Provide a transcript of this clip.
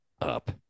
up